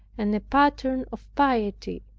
and a pattern of piety.